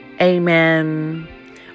Amen